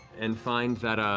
and find that